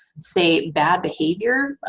say, bad behavior,